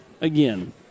again